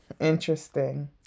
Interesting